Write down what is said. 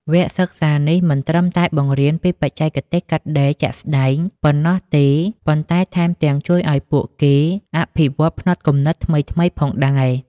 វគ្គសិក្សានេះមិនត្រឹមតែបង្រៀនពីបច្ចេកទេសកាត់ដេរជាក់ស្តែងប៉ុណ្ណោះទេ ប៉ុន្តែថែមទាំងជួយឱ្យពួកគេអភិវឌ្ឍផ្នត់គំនិតថ្មីៗផងដែរ។